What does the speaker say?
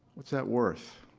what's that worth?